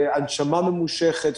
הנשמה ממושכת,